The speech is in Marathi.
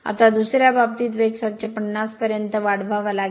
आता दुसर्या बाबतीत वेग 750 rpm पर्यंत वाढवावा लागेल